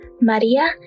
Maria